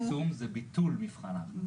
זה לא צמצום, זה ביטול מבחן ההכנסה.